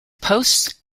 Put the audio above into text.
posts